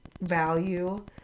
value